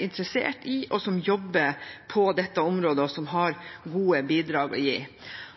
interessert i og som jobber på dette området, og som har gode bidrag å gi.